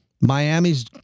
Miami's